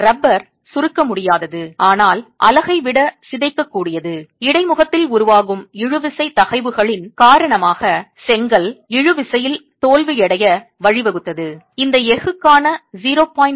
rubber சுருக்க முடியாதது ஆனால் அலகை விட சிதைக்கக்கூடியது இடைமுகத்தில் உருவாகும் இழுவிசை தகைவுகளின் காரணமாக செங்கல் இழுவிசையில் தோல்வியடைய வழிவகுத்தது இந்த எஃகுக்கான 0